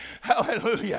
hallelujah